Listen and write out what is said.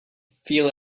feel